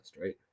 right